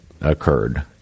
occurred